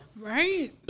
Right